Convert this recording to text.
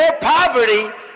poverty